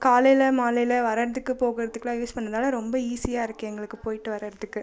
காலையில மாலையில வரத்துக்கு போகுறதுக்குலாம் யூஸ் பண்ணதுனால் ரொம்ப ஈஸியாயிருக்கு எங்களுக்கு போய்ட்டு வரத்துக்கு